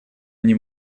они